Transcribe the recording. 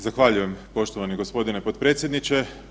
Zahvaljujem poštovani gospodine potpredsjedniče.